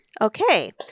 Okay